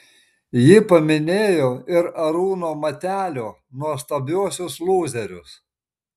ji paminėjo ir arūno matelio nuostabiuosius lūzerius